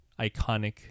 iconic